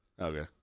Okay